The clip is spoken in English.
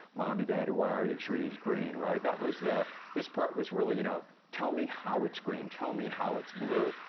mommy, daddy, why are the trees green? right, that was the this part was really, you know tell me how it's green, tell me how it's blue.